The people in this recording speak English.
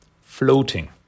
floating